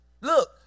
Look